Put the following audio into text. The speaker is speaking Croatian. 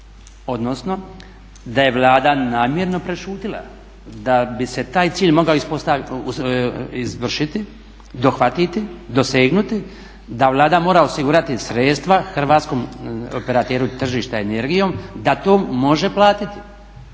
Odnosno da je Vlada namjerno prešutjela da bi se taj cilj mogao izvršiti, dohvatiti, dosegnuti, da Vlada mora osigurati sredstva hrvatskom operateru tržišta energijom, da to može platiti.